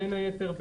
בין היתר,